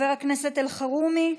חבר הכנסת אלחרומי?